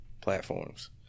platforms